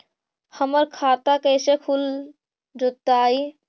हमर खाता कैसे खुल जोताई?